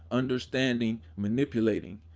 understanding, manipulating,